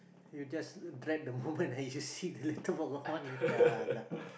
you just dread the moment that you see the letterbox got one letter ah !alamak!